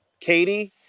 Katie